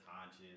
conscious